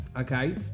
okay